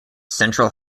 central